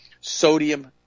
sodium